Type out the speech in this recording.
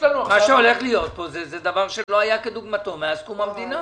הולך להיות פה דבר שלא היה כדוגמתו מאז קום המדינה.